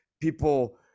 People